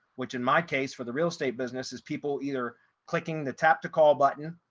which in my case for the real estate business is people either clicking the tap to call button,